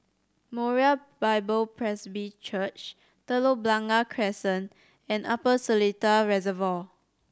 Moriah Bible Presby Church Telok Blangah Crescent and Upper Seletar Reservoir